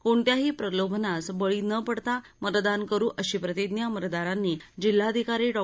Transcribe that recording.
कोणत्याही प्रलोभनास बळी न पडता मतदान करु अशी प्रतिज्ञा मतदारांनी जिल्हाधिकारी डॉ